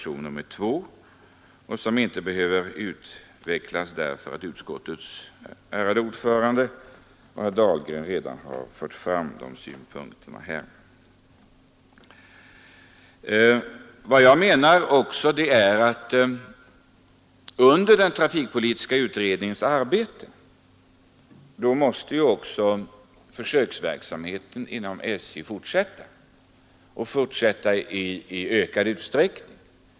Synpunkterna behöver inte utvecklas, eftersom utskottets ärade ordförande och herr Dahlgren redan har fört fram dem här. Under den trafikpolitiska utredningens arbete måste också försöksverksamheten inom SJ fortsätta, och det i ökad utsträckning.